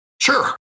sure